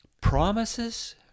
promises